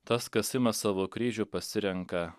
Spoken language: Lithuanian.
tas kas ima savo kryžių pasirenka